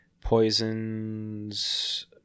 Poisons